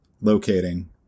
locating